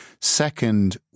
Second